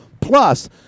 Plus